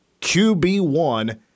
QB1